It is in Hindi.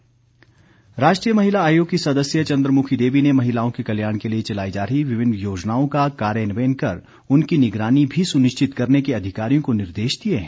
आयोग राष्ट्रीय महिला आयोग की सदस्य चंद्रमुखी देवी ने महिलाओं के कल्याण के लिए चलाई जा रही विभिन्न योजनाओं का कार्यान्वयन कर उनकी निगरानी भी सुनिश्चित करने के अधिकारियों को निर्देश दिए हैं